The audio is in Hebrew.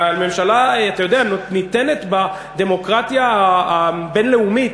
והממשלה, אתה יודע, ניתנת בדמוקרטיה הבין-לאומית